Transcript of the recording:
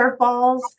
curveballs